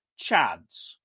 chads